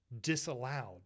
disallowed